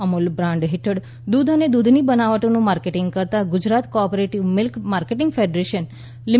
Amul brand હેઠળ દૂધ અને દૂધની બનાવટોનું માર્કેટિંગ કરતાં Gujarat cooperative milk marketing federation લિ